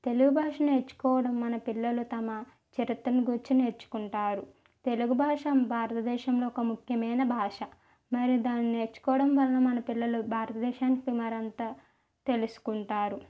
తెలుగు భాష నేర్చుకోవడం మన పిల్లలు తమ చరిత్రను గూర్చి నేర్చుకుంటారు తెలుగు భాష భారతదేశంలో ఒక ముఖ్యమైన భాష మరి దాన్ని నేర్చుకోవడం వల్ల మన పిల్లలు భారతదేశానికి మరంత తెలుసుకుంటారు